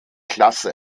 klasse